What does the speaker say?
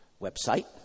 website